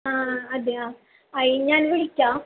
ആ അതെയോ ആയി ഞാൻ വിളിക്കാം